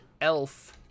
elf